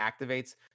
activates